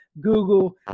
Google